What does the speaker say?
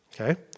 Okay